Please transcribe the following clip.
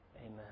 Amen